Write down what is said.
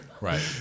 Right